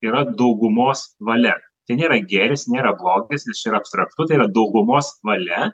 yra daugumos valia tai nėra gėris nėra blogis nes čia yra abstraktu tai yra daugumos valia